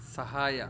ಸಹಾಯ